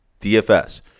DFS